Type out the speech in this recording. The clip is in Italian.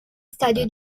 stadio